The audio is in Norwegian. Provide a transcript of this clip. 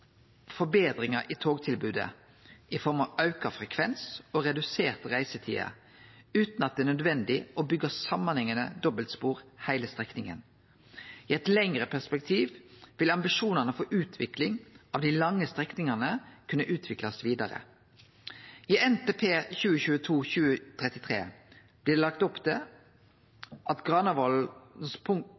forbetringar i togtilbodet i form av auka frekvens og reduserte reisetider, utan at det er nødvendig å byggje samanhengande dobbeltspor på heile strekninga. I eit lengre perspektiv vil ambisjonane for utvikling av dei lange strekningane kunne utviklast vidare. I NTP 2022–2033 blir det lagt opp til at